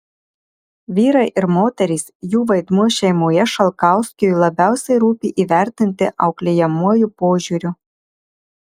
vyrai ir moterys jų vaidmuo šeimoje šalkauskiui labiausiai rūpi įvertinti auklėjamuoju požiūriu